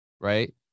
right